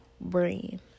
brain